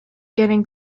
getting